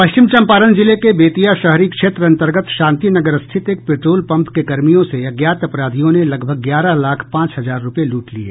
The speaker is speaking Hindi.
पश्चिम चम्पारण जिले के बेतिया शहरी क्षेत्र अन्तर्गत शांति नगर स्थित एक पेट्रोल पंप के कर्मियों से अज्ञात अपराधियों ने लगभग ग्यारह लाख पांच हजार रुपये लूट लिये